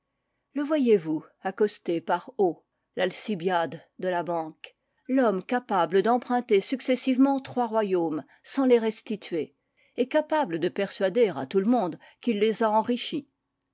le voyezvous accosté par o l'alcibiade de la banque l'homme capable d'emprunter successivement trois royaumes sans les restituer et capable de persuader à tout le monde qu'il les a enrichis